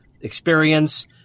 experience